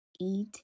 eat